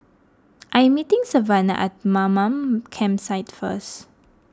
I am meeting Savana at Mamam Campsite first